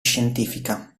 scientifica